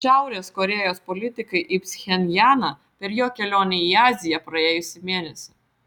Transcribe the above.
šiaurės korėjos politikai į pchenjaną per jo kelionę į aziją praėjusį mėnesį